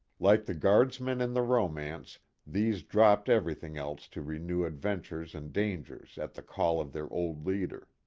like the guardsmen in the romance these dropped everything else to renew adventures and dangers at the call of their old leader.